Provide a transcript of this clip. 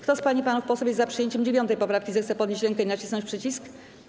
Kto z pań i panów posłów jest za przyjęciem 9. poprawki, zechce podnieść rękę i nacisnąć przycisk.